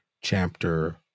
Chapter